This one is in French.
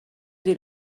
des